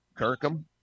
Kirkham